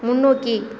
முன்னோக்கி